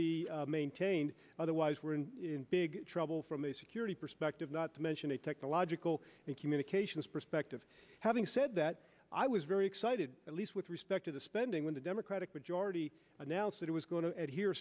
be maintained otherwise we're in big trouble from a security perspective not to mention a technological and communications perspective having said that i was very excited at least with respect to the spending when the democratic majority announced that it was going to adhere